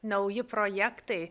nauji projektai